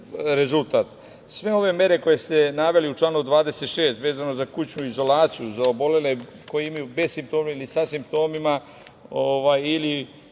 rezultat. Sve ove mere koje ste naveli u članu 26. vezano za kućnu izolaciju, za obolele koji su bez simptoma ili sa simptomima ili